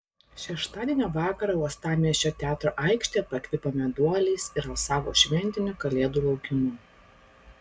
šeštadienio vakarą uostamiesčio teatro aikštė pakvipo meduoliais ir alsavo šventiniu kalėdų laukimu